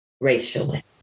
racially